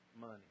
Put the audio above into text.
money